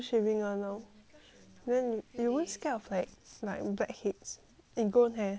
then you wont scare of like blackheads ingrown hair